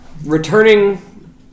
returning